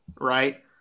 right